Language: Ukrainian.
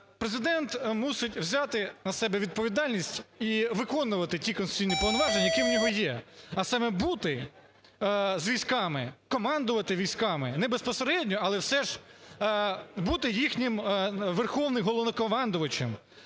Президент мусить взяти на себе відповідальність і виконувати ті конституційні повноваження, які в нього є, а саме бути з військами, командувати військами, не безпосередньо, але все ж бути їхнім Верховним Головнокомандувачем.